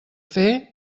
fer